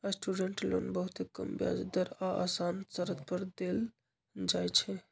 student loan बहुते कम ब्याज दर आऽ असान शरत पर देल जाइ छइ